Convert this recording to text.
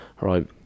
...right